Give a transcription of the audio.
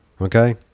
okay